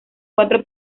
cuatro